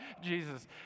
Jesus